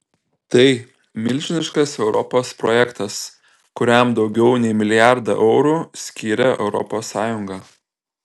tai milžiniškas europos projektas kuriam daugiau nei milijardą eurų skyrė europos sąjunga